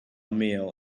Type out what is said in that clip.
meal